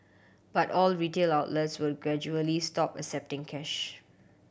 but all retail outlets will gradually stop accepting cash